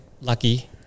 lucky